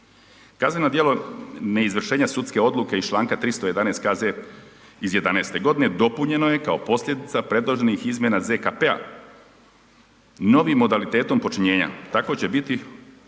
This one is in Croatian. Kazneno djelo neizvršenja sudske odluke iz članka 311. KZ iz 2011. godine dopunjeno je kao posljedica predloženih izmjena ZKP-a novim modalitetom počinjenja, tako će biti